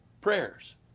Prayers